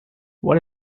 what